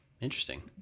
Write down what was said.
Interesting